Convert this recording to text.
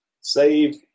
save